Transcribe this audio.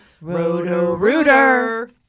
Roto-Rooter